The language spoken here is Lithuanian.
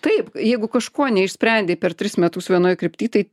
taip jeigu kažko neišsprendei per tris metus vienoj krypty tai